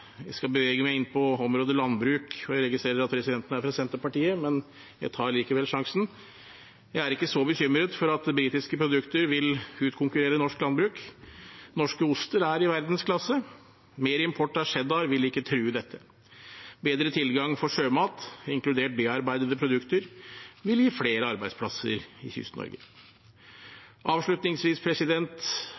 Jeg skal bevege meg inn på området landbruk, og jeg registrerer at presidenten er fra Senterpartiet. Jeg tar likevel sjansen. Jeg er ikke så bekymret for at britiske produkter vil utkonkurrere norsk landbruk. Norske oster er i verdensklasse. Mer import av cheddar vil ikke true dette. Bedre tilgang for sjømat, inkludert bearbeidede produkter, vil gi flere arbeidsplasser i